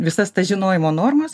visas tas žinojimo normas